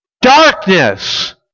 darkness